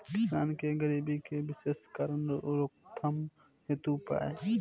किसान के गरीबी के विशेष कारण रोकथाम हेतु उपाय?